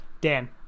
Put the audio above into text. Dan